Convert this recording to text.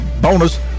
bonus